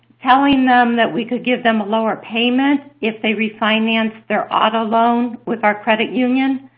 telling them that we could give them a lower payment if they refinance their auto loan with our credit union.